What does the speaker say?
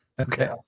Okay